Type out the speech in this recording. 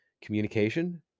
Communication